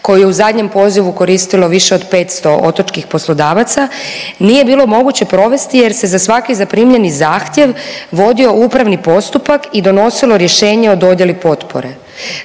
koji je u zadnjem pozivu koristilo više od 500 otočkih poslodavaca nije bilo moguće provesti jer se za svaki zaprimljeni zahtjev vodio upravni postupak i donosilo rješenje o dodjeli potpore.